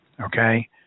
Okay